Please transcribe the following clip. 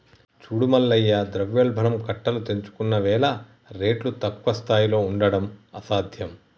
చూడు మల్లయ్య ద్రవ్యోల్బణం కట్టలు తెంచుకున్నవేల రేట్లు తక్కువ స్థాయిలో ఉండడం అసాధ్యం